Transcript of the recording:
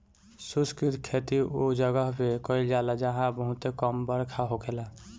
शुष्क खेती उ जगह पे कईल जाला जहां बहुते कम बरखा होखेला